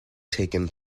taken